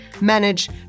manage